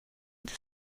the